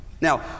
Now